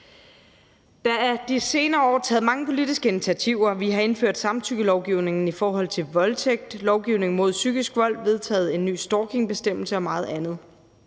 er de senere år taget mange politiske initiativer. Vi har indført samtykkelovgivningen i forhold til voldtægt, lovgivning mod psykisk vold, vedtaget en ny stalkingbestemmelse og meget andet.